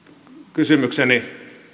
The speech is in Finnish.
kysymykseni